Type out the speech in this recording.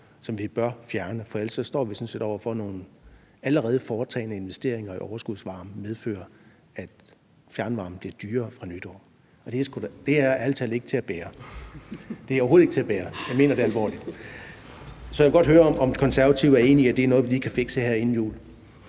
som vi bør fjerne. For ellers står vi sådan set over for, at nogle allerede foretagne investeringer i overskudsvarmen medfører, at fjernvarmen fra nytår bliver dyrere, og det er ærlig talt ikke til at bære. Det er overhovedet ikke til at bære, og jeg mener det alvorligt. Så jeg vil godt høre, om De Konservative er enige i, at det er noget, vi lige kan fikse her inden jul.